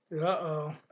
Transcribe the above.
Uh-oh